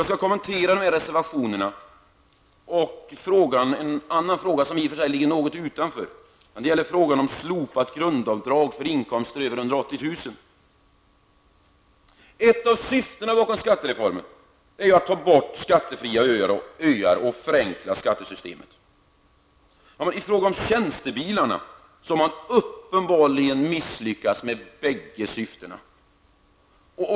Jag skall kommentera dessa reservationer samt förslaget om slopat grundavdrag för inkomster över 180 000 kr. Ett av syftena med skattereformen sägs vara att ta bort skattefria öar och förenkla skattesystemet. I fråga om tjänstebilarna har man uppenbarligen misslyckats med bägge syftena.